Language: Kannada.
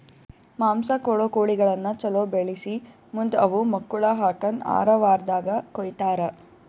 ಮಾಂಸ ಕೊಡೋ ಕೋಳಿಗಳನ್ನ ಛಲೋ ಬೆಳಿಸಿ ಮುಂದ್ ಅವು ಮಕ್ಕುಳ ಹಾಕನ್ ಆರ ವಾರ್ದಾಗ ಕೊಯ್ತಾರ